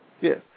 yes